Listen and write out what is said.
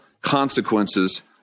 consequences